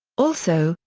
also,